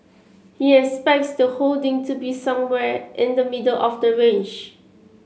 he expects the holding to be somewhere in the middle of the range